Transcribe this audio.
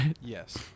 Yes